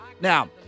Now